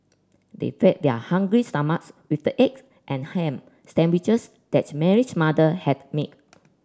they fed their hungry stomachs with the eggs and ham sandwiches that Mary's mother had make